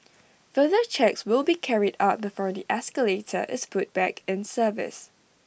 further checks will be carried out before the escalator is put back in service